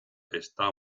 está